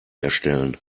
erstellen